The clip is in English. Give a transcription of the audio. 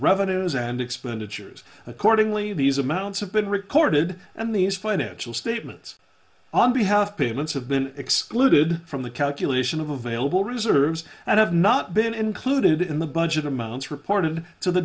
revenues and expenditures accordingly these amounts have been recorded and these financial statements on b have payments have been excluded from the calculation of available reserves and have not been included in the budget amounts reported to the